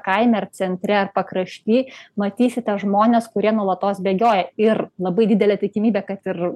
kaime ar centre pakrašty matysite žmones kurie nuolatos bėgioja ir labai didelė tikimybė kad ir